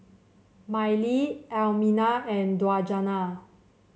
Mylie Almina and Djuna